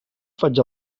faig